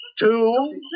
Two